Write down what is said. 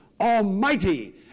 almighty